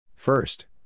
First